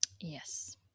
Yes